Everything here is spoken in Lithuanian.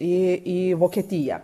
į į vokietiją